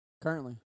Currently